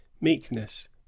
meekness